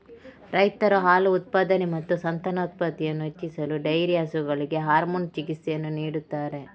ರೈತರು ಹಾಲು ಉತ್ಪಾದನೆ ಮತ್ತು ಸಂತಾನೋತ್ಪತ್ತಿಯನ್ನು ಹೆಚ್ಚಿಸಲು ಡೈರಿ ಹಸುಗಳಿಗೆ ಹಾರ್ಮೋನ್ ಚಿಕಿತ್ಸೆಯನ್ನು ನೀಡುತ್ತಾರೆ